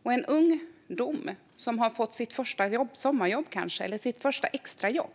Om inkomsten för en ung person som kanske har fått sitt första sommarjobb eller extrajobb